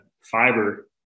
fiber